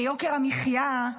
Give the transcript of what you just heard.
ביוקר המחיה,